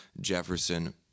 Jefferson